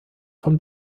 von